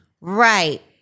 Right